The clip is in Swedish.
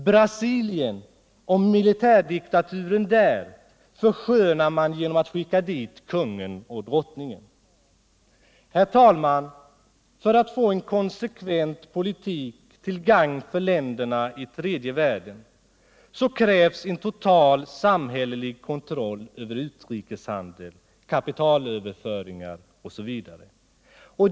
Brasilien och militärdiktaturen där förskönar man genom att skicka dit kungen och drottningen. Herr talman! För att få en konsekvent politik till gagn för länderna i tredje världen krävs en total samhällelig kontroll över utrikeshandeln, kapitalöverföringar osv.